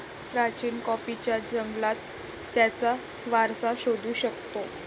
प्राचीन कॉफीच्या जंगलात त्याचा वारसा शोधू शकतो